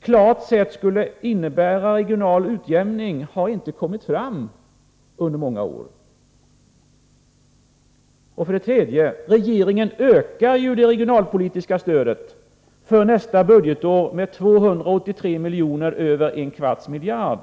klart sätt skulle innebära regional utjämning. För det tredje ökar regeringen det regionalpolitiska stödet för nästa budgetår med 283 miljoner, över en kvarts miljard.